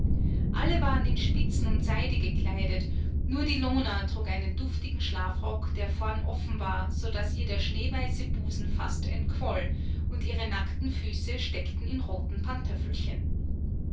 alle waren in spitzen und seide gekleidet nur die lona trug einen duftigen schlafrock der vorn offen war so daß ihr der schneeweiße busen fast entquoll und ihre nackten füße steckten in roten pantöffelchen